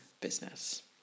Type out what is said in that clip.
business